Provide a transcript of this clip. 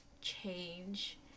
change